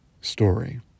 story